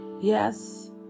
Yes